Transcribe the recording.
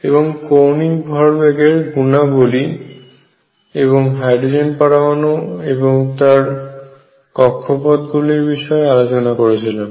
এবং কৌণিক ভরবেগের গুনাবলী এবং হাইড্রোজেন পরমাণু এবং তার কক্ষপথগুলির বিষয়ে আলোচনা করেছিলাম